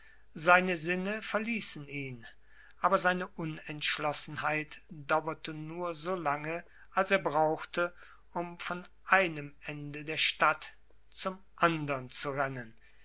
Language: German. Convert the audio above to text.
seine sinne verließen ihn aber seine unentschlossenheit dauerte nur so lang als er brauchte um von einem ende der stadt zum andern zu rennen